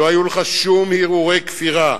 לא היו לך שום הרהורי כפירה,